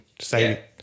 say